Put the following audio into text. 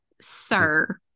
sir